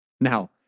Now